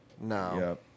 no